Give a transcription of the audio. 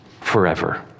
forever